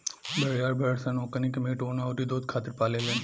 भेड़िहार भेड़ सन से ओकनी के मीट, ऊँन अउरी दुध खातिर पाले लेन